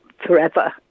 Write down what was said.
forever